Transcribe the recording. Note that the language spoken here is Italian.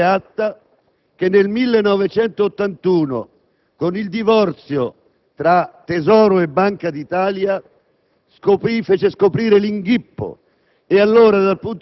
Nino Andreatta, che nel 1981, con il divorzio tra Tesoro e Banca d'Italia, fece scoprire l'inghippo.